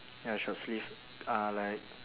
ya short sleeve uh like